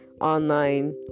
online